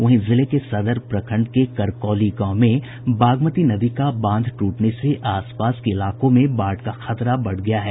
वहीं जिले के सदर प्रखंड के करकौली गांव में बागमती नदी का बांध टूटने से आसपास के इलाकों में बाढ़ का खतरा बढ़ गया है